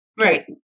Right